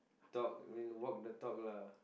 talk I mean walk the talk lah